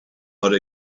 are